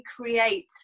create